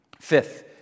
Fifth